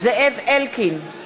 זאב אלקין,